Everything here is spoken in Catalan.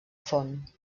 font